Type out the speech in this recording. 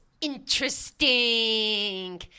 interesting